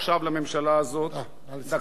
דקה אחרי שיאושרו החוקים האלה,